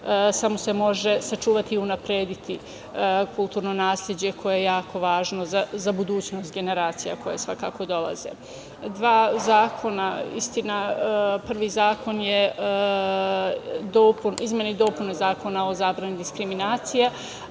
samo se može sačuvati i unaprediti kulturno nasleđe koje je jako važno za budućnost generacija koje svakako dolaze. Dva zakona, istina, prvi zakon je izmene i dopune Zakona o zabrani diskriminacije,